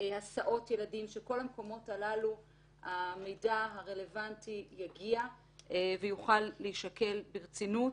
הסעות ילדים שבכל המקומות הללו המידע יגיע ויוכל להישקל ברצינות.